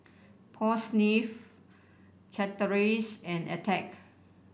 Paul Smith Chateraise and Attack